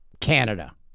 Canada